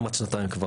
כמעט שנתיים.